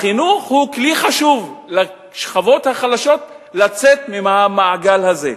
החינוך הוא כלי חשוב לשכבות החלשות לצאת מהמעגל הזה.